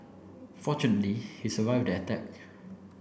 fortunately he survived the attack